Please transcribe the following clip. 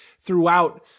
throughout